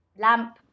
Lamp